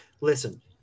listen